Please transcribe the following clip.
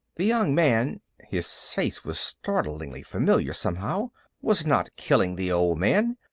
the young man his face was startlingly familiar, somehow was not killing the old man.